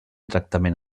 tractament